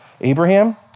Abraham